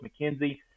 McKenzie